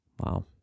Wow